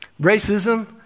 Racism